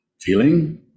Feeling